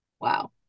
Wow